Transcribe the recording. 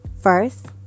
first